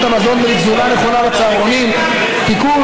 המזון ולתזונה נכונה בצהרונים (תיקון,